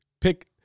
pick